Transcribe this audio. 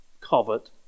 covet